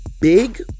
big